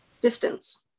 Distance